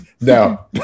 No